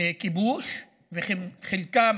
כיבוש וחלקם